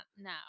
no